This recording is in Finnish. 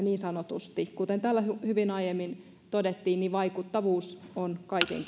niin sanotusti tällaisia perusbulkkiratkaisuja kuten täällä hyvin aiemmin todettiin vaikuttavuus on kaiken